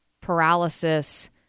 paralysis